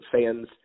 fans